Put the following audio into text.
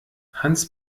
hans